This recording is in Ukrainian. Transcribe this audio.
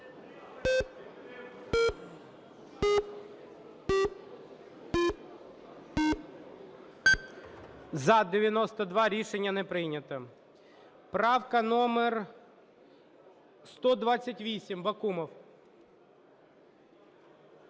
За-92 Рішення не прийнято. Правка номер 128, Бакумов.